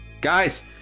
Guys